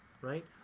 right